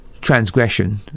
Transgression